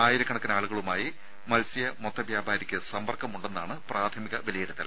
ആയിരക്കണക്കിന് ആളുകളുമായി മത്സ്യ മൊത്ത വ്യാപാരിയ്ക്ക് സമ്പർക്കമുണ്ടെന്നാണ് പ്രാഥമിക വിലയിരുത്തൽ